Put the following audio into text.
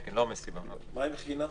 מה עם חינה?